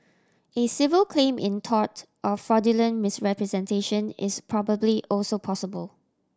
a civil claim in tort of fraudulent misrepresentation is probably also possible